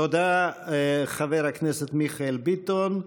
תודה, חבר הכנסת מיכאל ביטון.